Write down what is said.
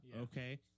okay